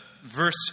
verse